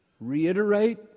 reiterate